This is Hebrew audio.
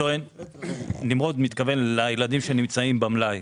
נמרוד מתכוון לילדים שנמצאים במלאי.